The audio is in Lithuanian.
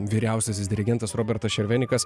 vyriausiasis dirigentas robertas šervenikas